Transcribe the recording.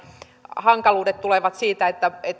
hankaluudet tulevat siitä